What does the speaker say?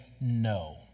no